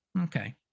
okay